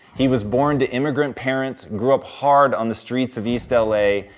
he was born to immigrant parents, grew up hard on the streets of east l a,